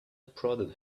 prodded